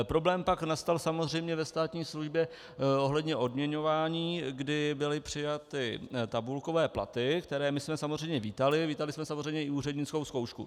Problém pak nastal samozřejmě ve státní službě ohledně odměňování, kdy byly přijaty tabulkové platy, které jsme samozřejmě vítali, vítali jsme samozřejmě i úřednickou zkoušku.